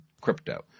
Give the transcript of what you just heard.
crypto